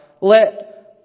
let